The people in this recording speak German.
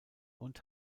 und